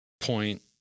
point